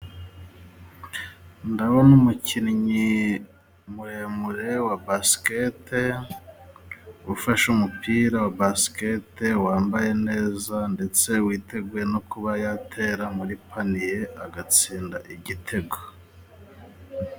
Ndabona umukinnyi muremure wa basiketi, ufashe umupira wa basiketi wambaye neza, ndetse witeguye no kuba yatera muri paniye agatsinda igitego.